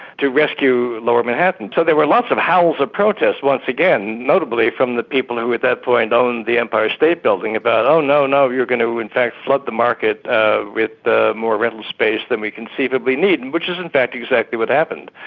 to rescue lower manhattan. so there were lots of howls of protest once again, notably from the people who at that point owned the empire state building, about, oh no, no, you're going to in fact flood the market ah with more rental space than we conceivably need and which is in fact exactly what happened.